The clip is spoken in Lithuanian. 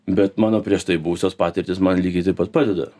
bet mano prieš tai buvusios patirtys man lygiai taip pat padeda